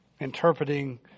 interpreting